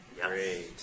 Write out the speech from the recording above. Great